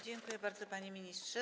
Dziękuję bardzo, panie ministrze.